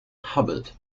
hubbard